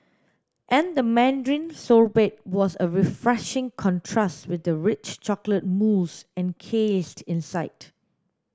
and the mandarin sorbet was a refreshing contrast with the rich chocolate mousse encased inside